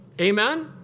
Amen